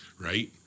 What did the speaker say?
right